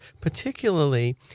particularly